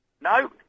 No